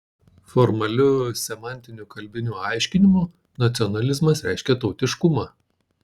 formaliu semantiniu kalbiniu aiškinimu nacionalizmas reiškia tautiškumą